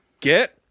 Get